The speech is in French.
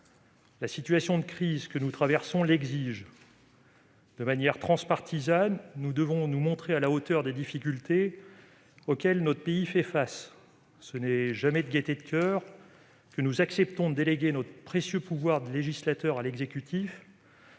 La situation de crise que nous traversons l'exige : de manière transpartisane, nous devons nous montrer à la hauteur des difficultés auxquelles notre pays fait face. Ce n'est jamais de gaieté de coeur que nous acceptons de déléguer à l'exécutif notre précieux pouvoir de législateur, acquis